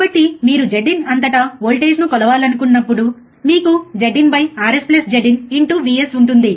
కాబట్టి మీరు Zin అంతటా వోల్టేజ్ను కొలవాలనుకున్నప్పుడు మీకు ZinRsZin Vs ఉంటుంది